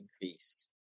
increase